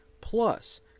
Plus